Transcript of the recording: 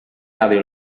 nadie